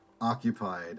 occupied